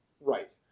Right